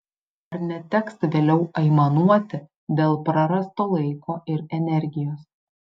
ar neteks vėliau aimanuoti dėl prarasto laiko ir energijos